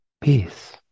peace